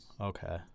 Okay